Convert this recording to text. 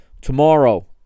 Tomorrow